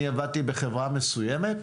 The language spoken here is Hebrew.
אני עבדתי בחברה מסוימת,